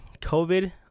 COVID